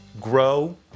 grow